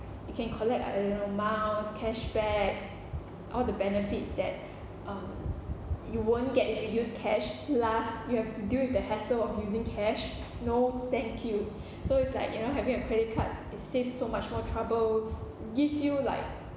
you can collect I don't know miles cashback all the benefits that um you won't get if you use cash plus you have to deal with the hassle of using cash no thank you so it's like you know having a credit card it saves so much more trouble give you like